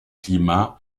climats